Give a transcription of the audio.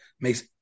makes